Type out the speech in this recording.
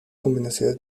combinaciones